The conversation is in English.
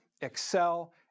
Excel